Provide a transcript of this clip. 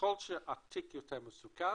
ככל שהתיק יותר מסוכן